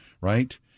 right